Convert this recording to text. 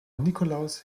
nikolaus